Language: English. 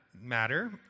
matter